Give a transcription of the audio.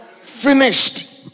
Finished